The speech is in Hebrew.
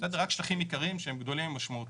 רק שטחים עיקריים שהם גדולים ומשמעותיים.